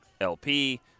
LP